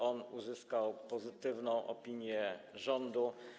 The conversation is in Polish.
On uzyskał pozytywną opinię rządu.